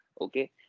Okay